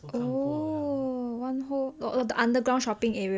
oh one whole the underground shopping area ah